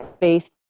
based